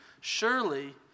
surely